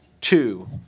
Two